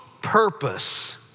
Purpose